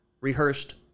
rehearsed